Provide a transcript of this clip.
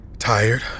Tired